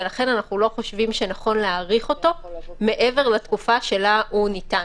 ולכן אנחנו לא חושבים שנכון להאריך אותו מעבר התקופה שלה הוא ניתן.